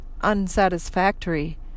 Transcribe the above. unsatisfactory